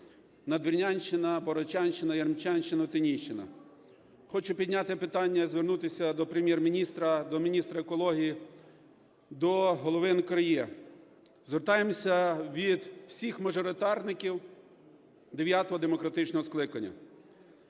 Надвірнянщина, Богородчанщина, Яремчанщина, Отинійщина. Хочу підняти питання і звернутися до Прем'єр-міністра, до міністра екології, до голови НКРЕ. Звертаємося від всіх мажоритарників дев'ятого демократичного скликання.